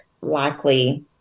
likely